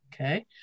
Okay